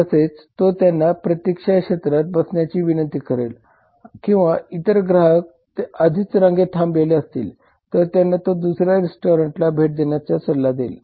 तसेच तो त्यांना प्रतीक्षा क्षेत्रात बसण्याची विनंती करेल किंवा इतर ग्राहक आधीच रांगेत थांबलेले असतील तर त्यांना तो दुसऱ्या रेस्टॉरंटला भेट देण्याचा सल्ला देईल